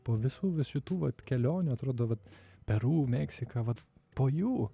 po visų šitų vat kelionių atrodo vat peru meksika vat po jų